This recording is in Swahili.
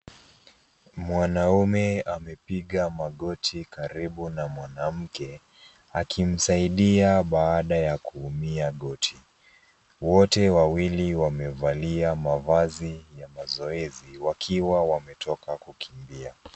Mwanaume amepiga magoti karibu na mwanamke, akimsaidia baada ya kuumia goti, mote wawili wamevalia mavazi ya mazoezi wakiwa wametoka kukimbia.